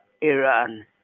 Iran